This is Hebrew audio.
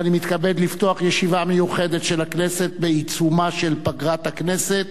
ואני מתכבד לפתוח ישיבה מיוחדת של הכנסת בעיצומה של פגרת הכנסת,